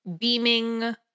beaming